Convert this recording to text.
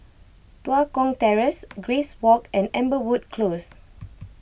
Tua Kong Terrace Grace Walk and Amberwood Close